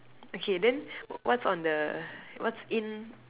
okay then what's on the what's in